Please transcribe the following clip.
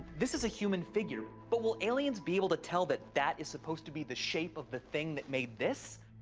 this is a human figure, but will aliens be able to tell that that is supposed to be the shape of the thing that made this?